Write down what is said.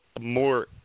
more